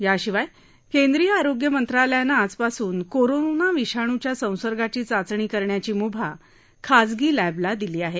याशिवाय केंद्रीय आरोग्य मंत्रालयानं आजपासून कोरोना विषाणूच्या संसर्गाची चाचणी करण्याची मुभा खासगी लॅबला दिली आहे